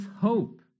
hope